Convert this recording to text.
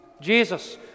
Jesus